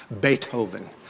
Beethoven